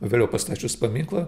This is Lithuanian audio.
vėliau pastačius paminklą